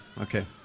Okay